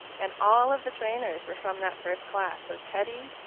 and all of the trainers were from that first class. so teddy,